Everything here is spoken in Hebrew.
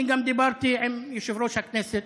אני דיברתי גם עם יושב-ראש הכנסת